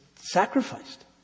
sacrificed